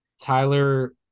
tyler